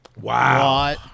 Wow